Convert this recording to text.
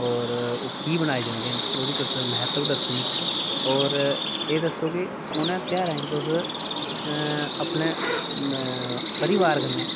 होर ओह् कीऽ मनाए जंदे न ओह्दी तुस म्हत्ता दस्सो मिगी होर एह् दस्सो कि उ'नें ध्यारें च तुस अपने परिवार कन्नै